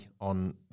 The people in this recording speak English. on